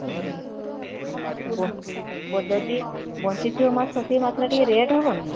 ହୁଁ ତ ଯଦି ବଞ୍ଚିଥିବ ମାଛ ସେ ମାଛଟା ଟିକିଏ ରେଟ୍ ହେବନି ନା